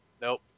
Nope